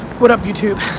what up youtube,